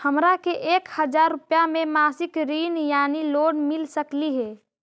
हमरा के एक हजार रुपया के मासिक ऋण यानी लोन मिल सकली हे?